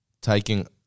taking